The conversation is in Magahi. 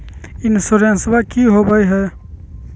इंसोरेंसबा की होंबई हय?